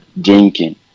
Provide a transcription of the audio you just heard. drinking